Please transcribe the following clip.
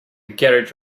garage